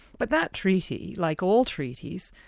but that treaty, like all treaties,